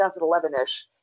2011-ish